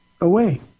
away